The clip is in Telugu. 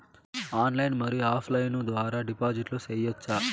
ఆన్లైన్ మరియు ఆఫ్ లైను ద్వారా డిపాజిట్లు సేయొచ్చా?